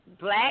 black